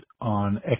on